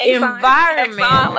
environment